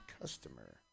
Customer